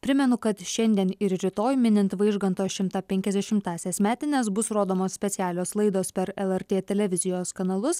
primenu kad šiandien ir rytoj minint vaižganto šimtą penkiasdešimtąsias metines bus rodomos specialios laidos per lrt televizijos kanalus